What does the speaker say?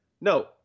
no